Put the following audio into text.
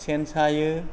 सेन सायो